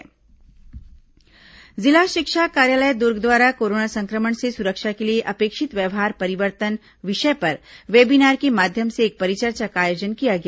corona समाचार जागरूकता जिला शिक्षा कार्यालय दुर्ग द्वारा कोरोना संक्रमण से सुरक्षा के लिए अपेक्षित व्यवहार परिवर्तन विषय पर वेबीनार के माध्यम से एक परिचर्चा का आयोजन किया गया